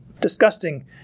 disgusting